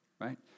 right